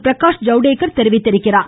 பிரகாஷ் ஜவ்டேகர் தெரிவித்துள்ளார்